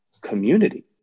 community